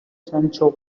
sancho